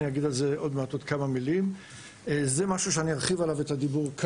אני אגיד על עוד כמה דברים וזה משהו שאני ארחיב עליו את הדיבור עליו